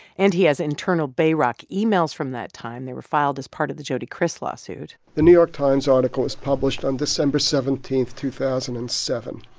and he has internal bayrock emails from that time. they were filed as part of the jody kriss lawsuit the new york times article was published on december seventeen, two thousand and seven.